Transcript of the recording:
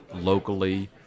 locally